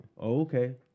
Okay